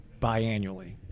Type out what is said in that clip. biannually